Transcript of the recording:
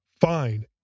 fine